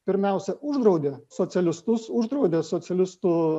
pirmiausia uždraudė socialistus uždraudė socialistų